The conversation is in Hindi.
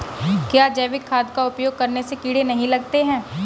क्या जैविक खाद का उपयोग करने से कीड़े नहीं लगते हैं?